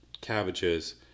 cabbages